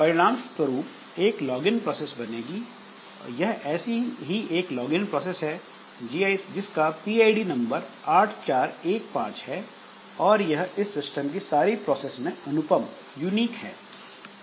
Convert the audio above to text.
परिणाम स्वरूप एक लॉगइन प्रोसेस बनेगीयह ऐसी ही एक लॉगइन प्रोसेस है जिसका पीआईडी नंबर 8415 है और यह इस सिस्टम की सारी प्रोसेस में अनुपम यूनिकunique है